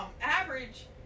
Average